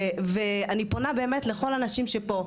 ואני פונה באמת לכל הנשים שפה,